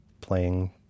playing